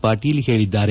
ಪಾಟೀಲ್ ಹೇಳಿದ್ದಾರೆ